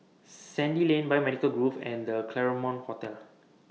Sandy Lane Biomedical Grove and The Claremont Hotel